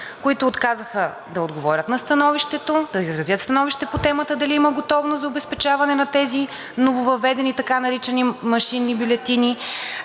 които отказаха да отговорят на становището, да изразят становище по темата дали има готовност за обезпечаване на тези нововъведени така наречени машинни бюлетини,